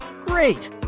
Great